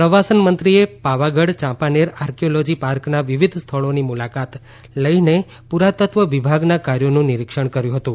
પ્રવાસન મંત્રીએ પાવાગઢ યાંપાનેર આર્કિયોલોજી પાર્કના વિવિધ સ્થળોની મુલાકાત લઇને પુરાતત્વ વિભાગના કાર્યોનું નિરિક્ષણ કર્યું હતું